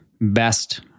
best